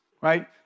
right